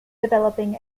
developing